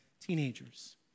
teenagers